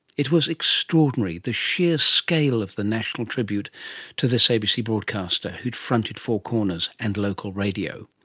it was extraordinary the sheer scale of the national tribute to this abc broadcaster who'd fronted four corners and local radio.